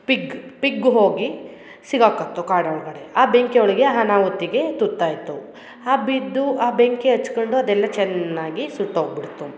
pig pig ಹೋಗಿ ಸಿಗಾಕತ್ತು ಕಾಡು ಒಳಗಡೆ ಆ ಬೆಂಕಿ ಒಳಗೆ ಅನಾಹುತಿಗೆ ತುತ್ತಾಯಿತು ಆ ಬಿದ್ದು ಆ ಬೆಂಕಿ ಹಚ್ಕಂಡು ಅದೆಲ್ಲ ಚೆನ್ನಾಗಿ ಸುಟ್ಟೋಗ ಬಿಡ್ತು